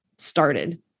started